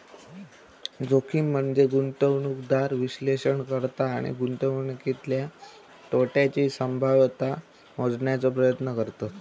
जोखीम म्हनजे गुंतवणूकदार विश्लेषण करता आणि गुंतवणुकीतल्या तोट्याची संभाव्यता मोजण्याचो प्रयत्न करतत